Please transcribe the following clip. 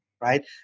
right